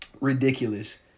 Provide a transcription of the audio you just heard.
ridiculous